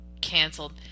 canceled